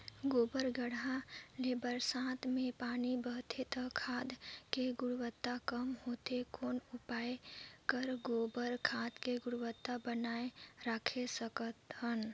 गोबर गढ्ढा ले बरसात मे पानी बहथे त खाद के गुणवत्ता कम होथे कौन उपाय कर गोबर खाद के गुणवत्ता बनाय राखे सकत हन?